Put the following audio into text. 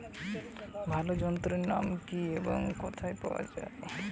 বেগুন গাছে কীটনাশক ওষুধ দেওয়ার সব থেকে ভালো যন্ত্রের নাম কি এবং কোথায় পাওয়া যায়?